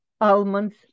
almonds